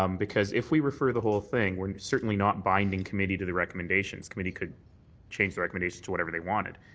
um because if we refer the whole thing, we're certainly not binding committee to the recommendations. committee could change the representations to whatever they wanted.